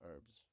Herbs